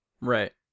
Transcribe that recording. Right